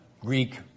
Greek